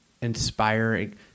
inspiring